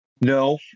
no